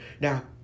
now